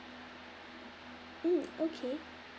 mm okay